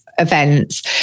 events